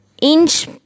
Inch